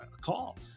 call